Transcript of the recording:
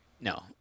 No